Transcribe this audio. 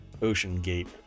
OceanGate